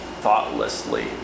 thoughtlessly